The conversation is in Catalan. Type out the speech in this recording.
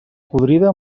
podrida